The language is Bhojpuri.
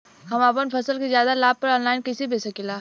हम अपना फसल के ज्यादा लाभ पर ऑनलाइन कइसे बेच सकीला?